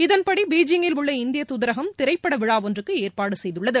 இதன்படி பீஜிங்கில் உள்ள இந்திய தூதரகம் திரைப்பட விழா ஒன்றிற்கு ஏற்பாடு செய்துள்ளது